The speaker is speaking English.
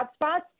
hotspots